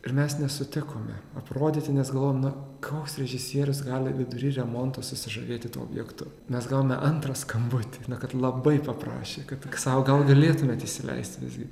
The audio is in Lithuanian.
ir mes nesutikome aprodyti nes galvojom na koks režisierius gali vidury remonto susižavėti tuo objektu mes gavome antrą skambutį kad labai paprašė kad sa gal galėtumėt įsileisti visgi